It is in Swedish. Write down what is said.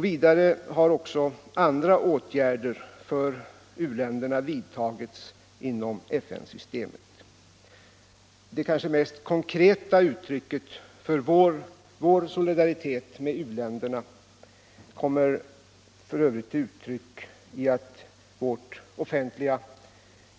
Vidare har även andra åtgärder för u-länderna vidtagits inom FN-systemet. Det kanske mest konkreta beviset för vår solidaritet med uländerna kommer f. ö. till uttryck i att vårt offentliga